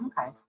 okay